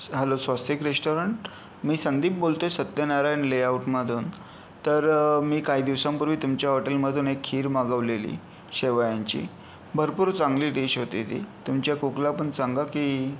hello Swastik restaurant मी संदीप बोलतो आहे सत्यनारायण लेआऊट मधून तर मी काही दिवसांपूर्वी तुमच्या हॉटेलमधून एक खीर मागवलेली शेवयांची भरपूर चांगली डिश होती ती तुमच्या कुकला पण सांगा की